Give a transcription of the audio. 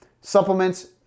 supplements